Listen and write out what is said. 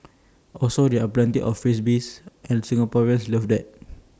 also there are plenty of freebies and Singaporeans love that